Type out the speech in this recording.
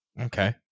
Okay